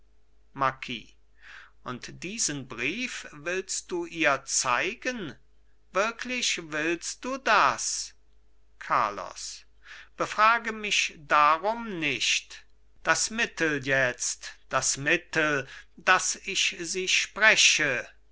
marquis und diesen brief willst du ihr zeigen wirklich willst du das carlos befrage mich darum nicht das mittel jetzt das mittel daß ich sie spreche